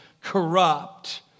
corrupt